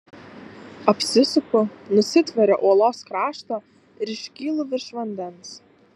apsisuku nusitveriu uolos krašto ir iškylu virš vandens